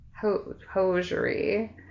Hosiery